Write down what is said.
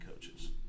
coaches